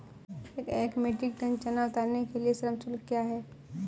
एक metric tonne चना उतारने के लिए श्रम शुल्क क्या है?